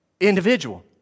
Individual